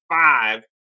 five